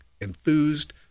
enthused